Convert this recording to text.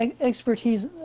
expertise